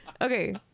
okay